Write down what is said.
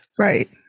Right